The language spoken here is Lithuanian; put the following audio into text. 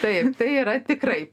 taip tai yra tikrai